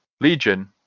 Legion